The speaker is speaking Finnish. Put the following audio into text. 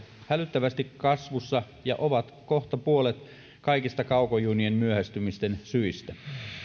hälyttävästi kasvussa ja ovat kohta puolet kaikista kaukojunien myöhästymisten syistä